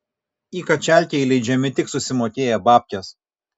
į kačialkę įleidžiami tik susimokėję babkes